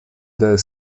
the